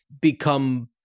become